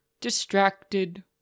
distracted